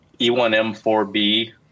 E1M4B